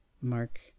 mark